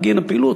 בגין הפעילות,